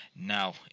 Now